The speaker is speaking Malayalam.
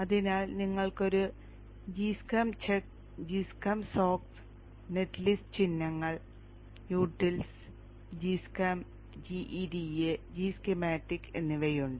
അതിനാൽ നിങ്ങൾക്ക് ഒരു gschem check gschem docs netlist ചിഹ്നങ്ങൾ utils gschem gEDA g schematic എന്നിവയുണ്ട്